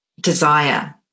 desire